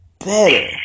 better